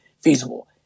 feasible